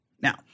Now